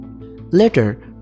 Later